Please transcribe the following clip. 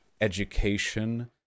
education